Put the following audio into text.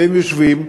והם יושבים.